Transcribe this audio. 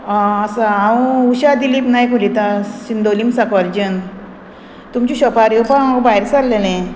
आसा हांव उशा दिलीप नायक उलयतां सिंदोलीम साकोडच्यान तुमची शोपार येवपा हांव भायर सरलेलें